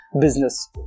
business